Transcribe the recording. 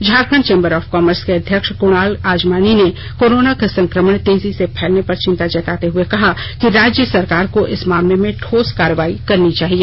Jharkhand chamber of commerce के अध्यक्ष कुणाल आजमानी ने कोरोना का संकमण तेजी से फैलने पर चिंता जताते हुए कहा कि राज्य सरकार को इस मामले में ठोस कार्रवाई करनी चाहिए